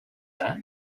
that